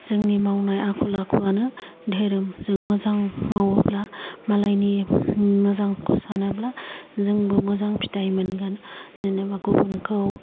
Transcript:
जोंनि मावनाय आखल आखुआनो धोरोम जों मोजां मावोब्ला मालायनि मोजांखौ सानोब्ला जोंबो मोजां फिथाइ मोनगोन जेनेबा गुबुनखौ